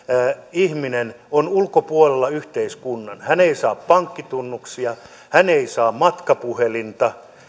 ihminen on yhteiskunnan ulkopuolella hän ei saa pankkitunnuksia hän ei saa matkapuhelinta